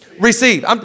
Receive